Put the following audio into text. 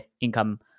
income